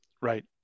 Right